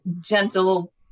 gentle